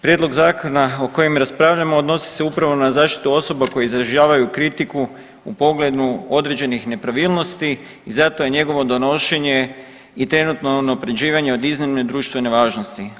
Prijedlog zakona o kojem raspravljamo odnosi se upravo na zaštitu osoba koje izražavaju kritiku u pogledu određenih nepravilnosti i zato je njegovo donošenje i trenutno unaprjeđivanje od iznimne društvene važnosti.